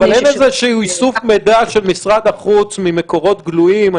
אבל אין איזשהו איסוף מידע של משרד החוץ ממקורות גלויים?